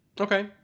Okay